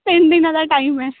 ਤਿੰਨ ਦਿਨਾਂ ਦਾ ਟਾਈਮ ਹੈ